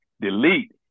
delete